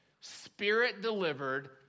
Spirit-delivered